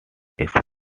exposed